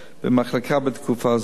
במחלקה בתקופה זו.